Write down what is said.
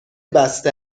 بسته